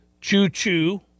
Choo-choo